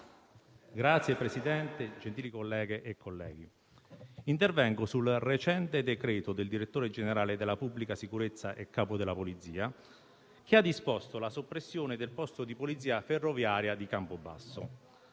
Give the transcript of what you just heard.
Signor Presidente, gentili colleghe e colleghi, intervengo sul recente decreto del direttore generale della pubblica sicurezza e capo della polizia, che ha disposto la soppressione del posto di polizia ferroviaria di Campobasso.